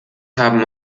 haben